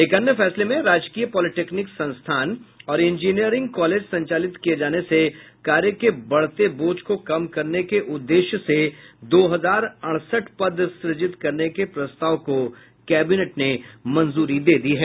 एक अन्य फैसले में राजकीय पॉलिटेक्निक संस्थान और इंजीनियरिंग कॉलेज संचालित किये जाने से कार्य के बढ़ते बोझ को कम करने के उद्देश्य से दो हजार अड़सठ पद सृजित करने के प्रस्ताव को कैबिनेट ने मंजूरी दे दी है